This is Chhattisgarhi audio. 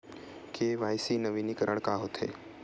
के.वाई.सी नवीनीकरण का होथे?